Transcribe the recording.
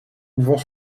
ouvrant